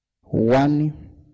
one